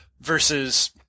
versus